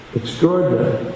extraordinary